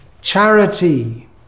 charity